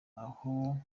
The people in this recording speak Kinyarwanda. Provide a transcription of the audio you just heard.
aho